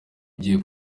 igiye